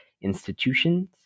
institutions